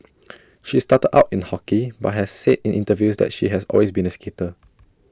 she started out in hockey but has said in interviews that she has always been A skater